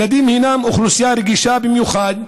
ילדים הינם אוכלוסייה רגישה במיוחד,